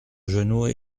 genoux